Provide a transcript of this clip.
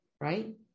right